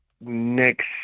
next